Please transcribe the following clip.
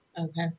Okay